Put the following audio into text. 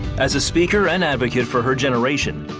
as a speaker and advocate for her generation,